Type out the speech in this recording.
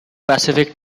pacific